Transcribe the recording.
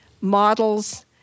models